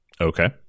okay